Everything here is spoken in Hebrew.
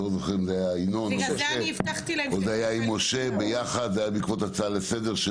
בגלל זה הבטחתי להם לטפל בזה.